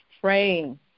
praying